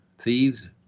thieves